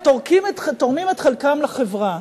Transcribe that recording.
או תורמים את חלקם לחברה.